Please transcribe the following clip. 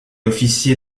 officier